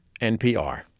NPR